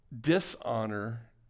dishonor